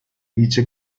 dice